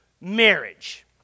Marriage